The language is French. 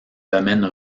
domaine